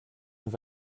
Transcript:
nous